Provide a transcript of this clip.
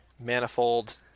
manifold